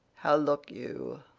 how look you?